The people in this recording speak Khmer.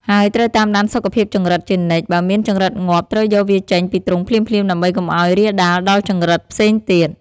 ហើយត្រូវតាមដានសុខភាពចង្រិតជានិច្ច បើមានចង្រិតងាប់ ត្រូវយកវាចេញពីទ្រុងភ្លាមៗដើម្បីកុំឲ្យរាលដាលដល់ចង្រិតផ្សេងទៀត។